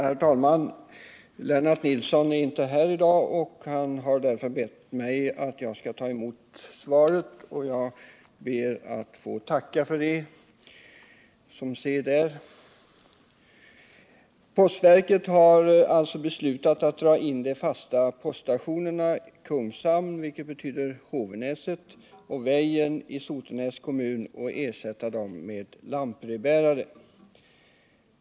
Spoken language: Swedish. Herr talman! Lennart Nilsson är inte här i dag. Han har därför bett mig ta emot svaret. Jag ber att få tacka för svaret, som sed är. Postverket har alltså beslutat att dra in de fasta poststationerna Kungshamn, dvs. Hovenäset, och Väjern i Sotenäs kommun och ersätta dem med lantbrevbärare.